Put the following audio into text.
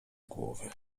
głowy